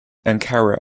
ankara